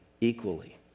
equally